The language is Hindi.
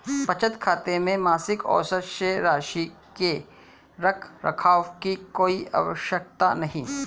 बचत खाते में मासिक औसत शेष राशि के रख रखाव की कोई आवश्यकता नहीं